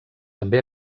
també